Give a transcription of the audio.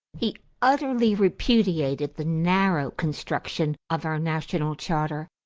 he utterly repudiated the narrow construction of our national charter.